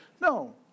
no